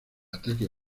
ataque